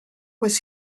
was